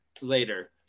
later